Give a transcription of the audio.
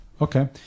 Okay